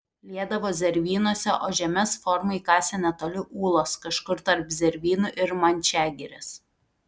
liedavo zervynose o žemes formai kasė netoli ūlos kažkur tarp zervynų ir mančiagirės